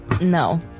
No